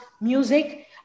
music